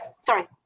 sorry